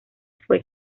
fue